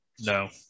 no